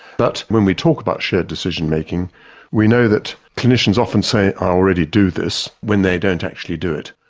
but when we talk about shared decision making we know that clinicians often say i already do this when they don't actually do it.